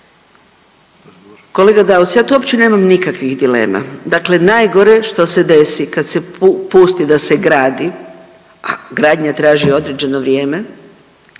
Kolega Daus, ja tu uopće nemam nikakvih dilema, dakle najgore što se desi kad se pusti da se gradi, a gradnja traži određeno vrijeme,